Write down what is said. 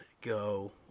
go